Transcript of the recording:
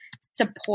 support